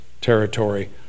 territory